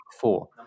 four